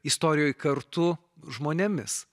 istorijoj kartu žmonėmis